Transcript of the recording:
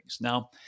Now